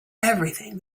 everything